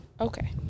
Okay